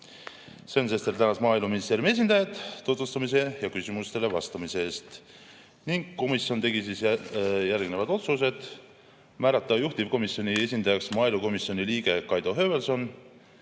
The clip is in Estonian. Sven Sester tänas Maaeluministeeriumi esindajat eelnõu tutvustamise ja küsimustele vastamise eest. Komisjon tegi järgnevad otsused: määrata juhtivkomisjoni esindajaks maaelukomisjoni liige Kaido Höövelson,